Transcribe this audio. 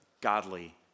godly